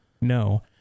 No